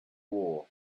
war